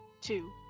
two